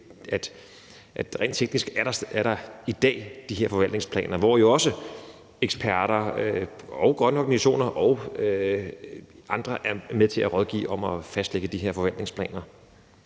at rent teknisk er der i dag de her forvaltningsplaner, og også eksperter, grønne organisationer og andre er med til at rådgive om at fastlægge de her forvaltningsplaner.